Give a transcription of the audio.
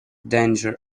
danger